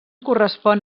correspon